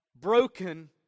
broken